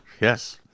yes